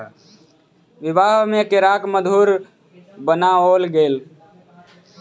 विवाह में केराक मधुर बनाओल गेल